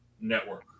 network